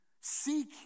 seek